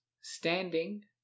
standing